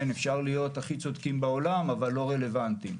אפשר להיות הכי צודקים בעולם, אבל לא רלוונטיים.